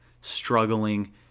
struggling